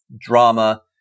drama